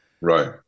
Right